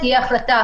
כמובן.